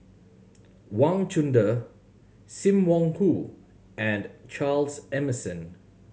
Wang Chunde Sim Wong Hoo and Charles Emmerson